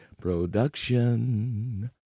Production